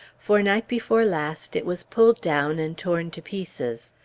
for night before last, it was pulled down and torn to pieces.